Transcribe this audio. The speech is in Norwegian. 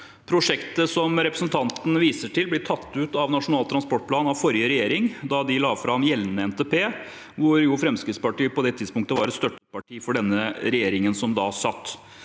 Prosjektet representanten viser til, ble tatt ut av nasjonal transportplan av forrige regjering da de la fram gjeldende NTP. Fremskrittspartiet var på det tidspunktet et støtteparti for den regjeringen som da satt.